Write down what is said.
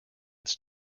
its